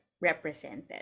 represented